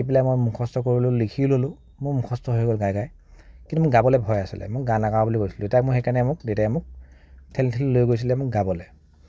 শিকি পেলাই মই মুখস্ত কৰিলো লিখি ল'লো মোৰ মুখস্ত হৈ গ'ল গাই গাই কিন্তু মোৰ গাবলে ভয় আছিলে মই নাগাওঁ বুলি কৈছিলে তেতিয়া নোক সেইকাৰণে দেউতাই মোক ঠেলি ঠেলি লৈ গৈছিলে মোক গাবলে